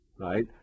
right